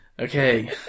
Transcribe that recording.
Okay